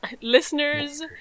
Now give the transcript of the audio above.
Listeners